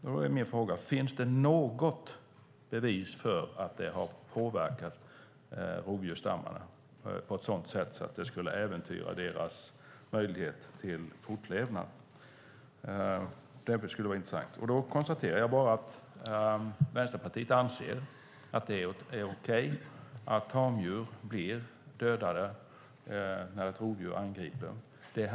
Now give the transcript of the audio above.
Därför blir min fråga: Finns det något bevis för att rovdjursstammarna påverkats på ett sådant sätt att deras möjligheter till fortlevnad skulle äventyras? Det skulle det vara intressant att veta. Jag konstaterar bara att Vänsterpartiet anser att det är okej att tamdjur blir dödade när ett rovdjur angriper dem.